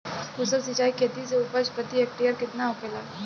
कुशल सिंचाई खेती से उपज प्रति हेक्टेयर केतना होखेला?